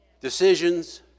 decisions